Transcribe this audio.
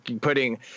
putting